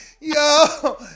Yo